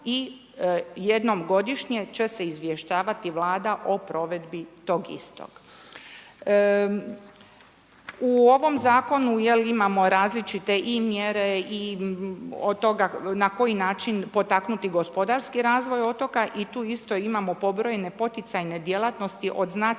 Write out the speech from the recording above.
i jednom godišnje će se izvještavati Vlada o provedbi tog istog. U ovom zakonu imamo različite i mjere i od toga na koji način potaknuti gospodarski razvoj otoka i tu isto imamo pobrojene poticajne djelatnosti od značaja